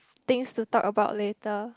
things to talk about later